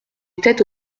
était